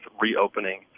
reopening